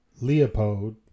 Leopold